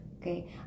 Okay